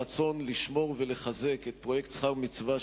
הרצון לשמור ולחזק את פרויקט "שכר מצווה",